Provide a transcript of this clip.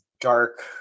dark